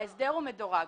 ההסדר הוא מדורג.